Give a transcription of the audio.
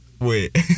Wait